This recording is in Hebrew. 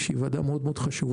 שהיא ועדה מאוד חשובה,